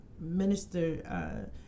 Minister